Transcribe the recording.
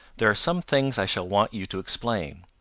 there are some things i shall want you to explain.